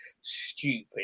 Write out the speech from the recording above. Stupid